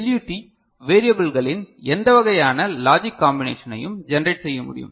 LUT வேரியபல்களின் எந்த வகையான லாஜிக் காம்பினேஷனையும் ஜெனரேட் செய்ய முடியும்